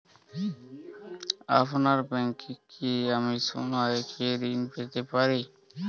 আপনার ব্যাংকে কি আমি সোনা রেখে ঋণ পেতে পারি?